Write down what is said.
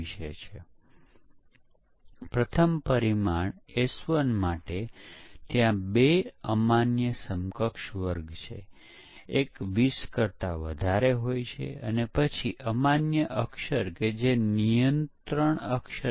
verification નો મતલબ એ છે કે તે ચકાસવા માટે વપરાય છે કે શું એક તબક્કે રહેલી પ્રોડક્ટ કે જે ચક્રમાં વિકસિત થાય છે તે પછીના તબક્કામાં ઉત્પાદનને અનુરૂપ છે કે કેમ